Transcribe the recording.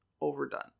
overdone